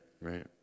right